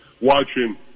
watching